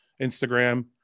instagram